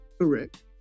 Correct